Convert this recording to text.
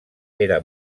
era